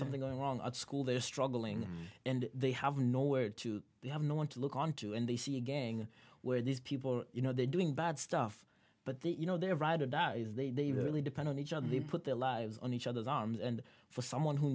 something going on at school they're struggling and they have no where to they have no want to look onto and they see a gang where these people you know they're doing bad stuff but they you know they're ride it out is they they really depend on each other they put their lives on each other's arms and for someone who